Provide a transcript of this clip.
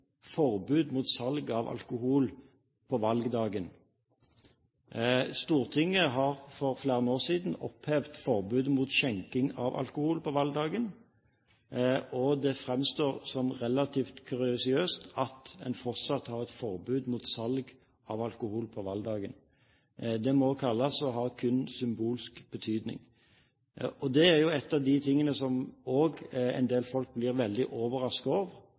forbud mot salg av alkohol på valgdagen. Stortinget har for flere år siden opphevet forbudet mot skjenking av alkohol på valgdagen. Det framstår som relativt kuriøst at man fortsatt har et forbud mot salg av alkohol på valgdagen. Det må sies å ha kun symbolsk betydning. Det er en av de tingene en del folk blir veldig overrasket over